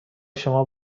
شما